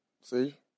See